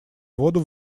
воду